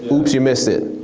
ah oops you missed it.